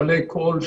גלי קול,